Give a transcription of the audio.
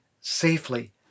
safely